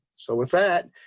so with that,